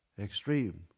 extreme